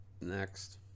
Next